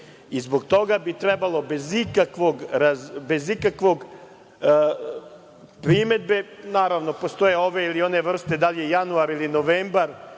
Zbog toga bi trebalo bez ikakve primedbe, naravno postoje ove ili one vrste, da li je januar ili novembar,